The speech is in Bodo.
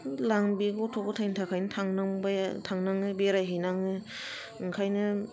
लां बे गथ' गथाइनि थाखायनो थांनांबाय थांनाङो बेरायहैनाङो ओंखायनो